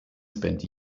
spent